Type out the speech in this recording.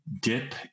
dip